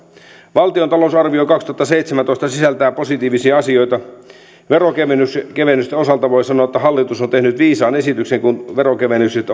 valtion talousarvio kaksituhattaseitsemäntoista sisältää positiivisia asioita veronkevennysten osalta voi sanoa että hallitus on tehnyt viisaan esityksen kun veronkevennykset